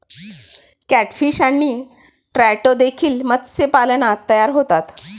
catfish आणि trout देखील मत्स्यपालनात तयार होतात